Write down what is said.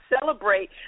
celebrate